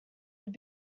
have